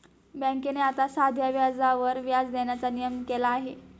बँकेने आता साध्या व्याजावर व्याज देण्याचा नियम केला आहे